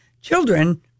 children